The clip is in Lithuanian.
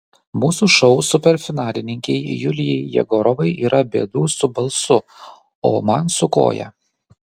mūsų šou superfinalininkei julijai jegorovai yra bėdų su balsu o man su koja